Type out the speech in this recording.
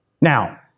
Now